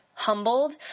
humbled